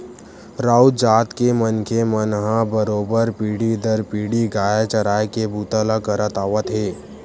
राउत जात के मनखे मन ह बरोबर पीढ़ी दर पीढ़ी गाय चराए के बूता ल करत आवत हे